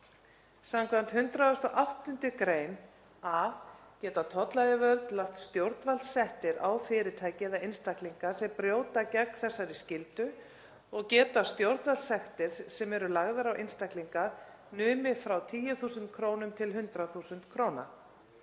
Samkvæmt 108. gr. a geta tollayfirvöld lagt stjórnvaldssektir á fyrirtæki eða einstaklinga sem brjóta gegn þessari skyldu og geta stjórnvaldssektir sem eru lagðar á einstaklinga numið frá 10.000 til 100.000 kr.